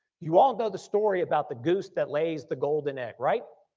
you all know the story about the goose that lays the golden egg, right?